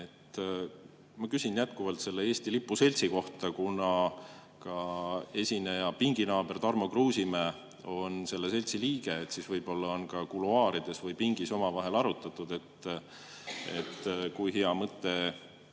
Ma küsin jätkuvalt Eesti Lipu Seltsi kohta. Kuna ka esineja pinginaaber Tarmo Kruusimäe on selle seltsi liige, siis võib-olla on ka kuluaarides või pingis omavahel arutatud, kui hea mõte